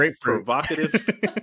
provocative